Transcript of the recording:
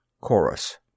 CHORUS